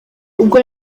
ubwo